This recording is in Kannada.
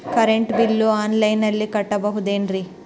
ಕರೆಂಟ್ ಬಿಲ್ಲು ಆನ್ಲೈನಿನಲ್ಲಿ ಕಟ್ಟಬಹುದು ಏನ್ರಿ?